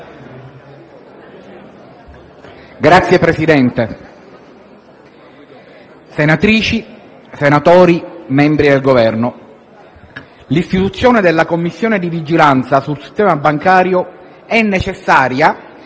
Signor Presidente, senatrici, senatori, membri del Governo, l'istituzione della Commissione di vigilanza sul sistema bancario è necessaria